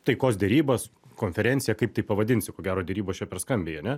taikos derybas konferenciją kaip tai pavadinsi ko gero derybos čia per skambiai ane